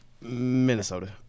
Minnesota